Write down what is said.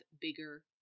bigger